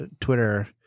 Twitter –